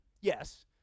Yes